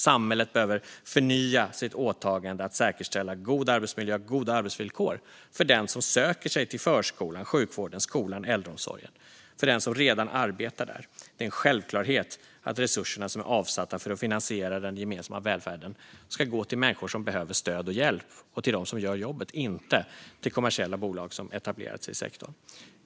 Samhället behöver förnya sitt åtagande att säkerställa en god arbetsmiljö och goda arbetsvillkor för den som söker sig till förskolan, sjukvården, skolan och äldreomsorgen och för den som redan arbetar där. Det är en självklarhet att resurserna som är avsatta för att finansiera den gemensamma välfärden ska gå till människor som behöver stöd och hjälp och till dem som gör jobbet. De ska inte gå till kommersiella bolag som etablerat sig i sektorn.